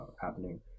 happening